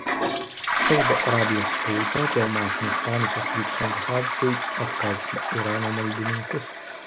saudo arabijos spauda dėl masinės panikos vykstant hadžui apkaltino irano maldininkus